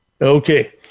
Okay